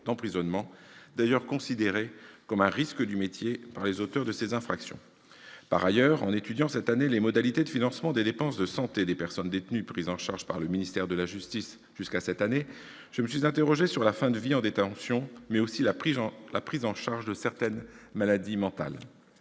d'emprisonnement, d'ailleurs considéré comme un « risque du métier » par les auteurs de ces infractions. Par ailleurs, en étudiant les modalités de financement des dépenses de santé des personnes détenues prises en charge par le ministère de la justice jusqu'à cette année, je me suis interrogé sur la fin de vie en détention, mais aussi sur la prise en charge de certaines maladies mentales.